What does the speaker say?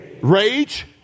Rage